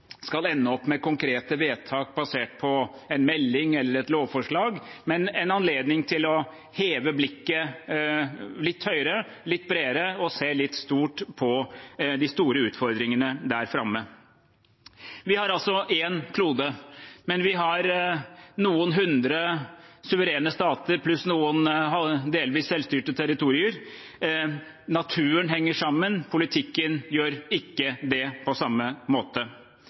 skal ende opp med konkrete vedtak basert på en melding eller et lovforslag, men en anledning til å heve blikket litt høyere, litt bredere og se litt stort på de store utfordringene der framme. Vi har altså én klode, men vi har noen hundre suverene stater pluss noen delvis selvstyrte territorier. Naturen henger sammen. Politikken gjør ikke det på samme måte.